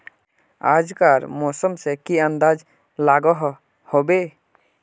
आज कार मौसम से की अंदाज लागोहो होबे?